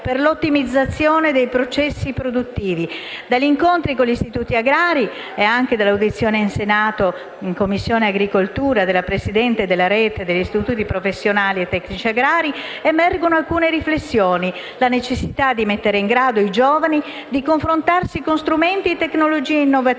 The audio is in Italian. per l'ottimizzazione dei processi produttivi. Dai miei incontri con gii istituti agrari, ma pure dall'audizione in Senato in Commissione Agricoltura della presidente della rete degli istituti professionali e tecnici agrari, emerge questa riflessione, la necessità di mettere in grado i giovani di confrontarsi con strumenti e tecnologie innovative,